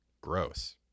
Gross